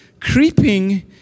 creeping